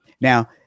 Now